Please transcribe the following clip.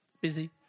busy